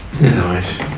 nice